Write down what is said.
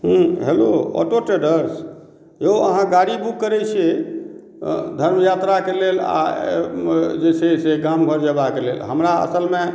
हूॅं hello auto traders यौ अहाँ गाड़ी बुक करै छियै धर्म यात्राक लेल जे छै से आ गाम घर जेबाक लेल हमरा असलमे